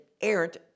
errant